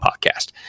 podcast